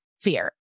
fear